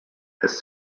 has